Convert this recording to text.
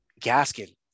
Gaskin